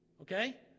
Okay